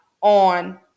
on